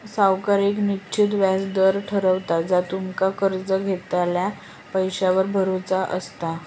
सावकार येक निश्चित व्याज दर ठरवता जा तुमका कर्ज घेतलेल्या पैशावर भरुचा असता